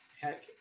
Heck